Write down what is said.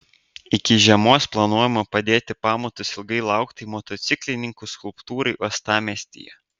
iki žiemos planuojama padėti pamatus ilgai lauktai motociklininkų skulptūrai uostamiestyje